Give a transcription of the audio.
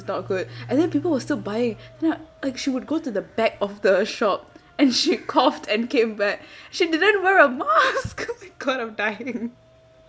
not good and then people were still buying and then like she would go to the back of the shop and she coughed and came back she didn't wear a mask oh my god I'm dying